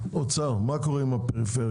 האוצר, מה קורה עם הפריפריה?